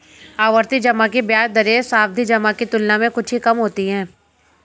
आवर्ती जमा की ब्याज दरें सावधि जमा की तुलना में कुछ ही कम होती हैं